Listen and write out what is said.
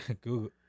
Google